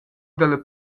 dalla